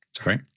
Sorry